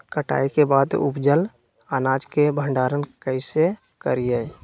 कटाई के बाद उपजल अनाज के भंडारण कइसे करियई?